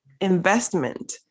investment